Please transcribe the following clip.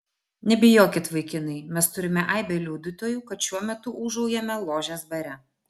nebijokit vaikinai mes turime aibę liudytojų kad šiuo metu ūžaujame ložės bare